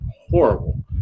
horrible